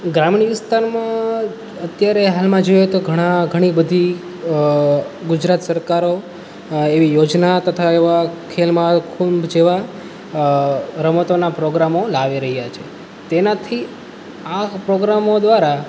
ગ્રામીણ વિસ્તારમાં અત્યારે હાલમાં જોઈએ તો ઘણા ઘણી બધી ગુજરાત સરકારો એવી યોજના તથા એવાં ખેલમહાકુંભ જેવાં રમતોના પ્રોગ્રામો લાવી રહ્યા છે તેનાથી આ પ્રોગ્રામો દ્વારા